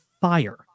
fire